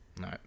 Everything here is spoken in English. No